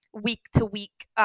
week-to-week